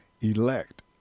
Elect